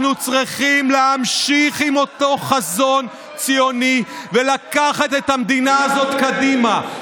אנחנו צריכים להמשיך עם אותו חזון ציוני ולקחת את המדינה הזאת קדימה,